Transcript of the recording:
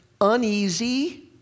uneasy